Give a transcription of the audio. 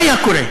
מה היה קורה?